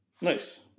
Nice